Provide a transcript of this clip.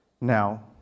now